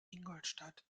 ingolstadt